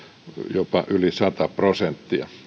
jopa yli sata prosenttia